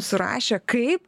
surašę kaip